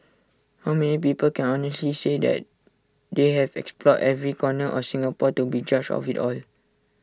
how many people can honestly say that they have explored every corner of Singapore to be judge of IT all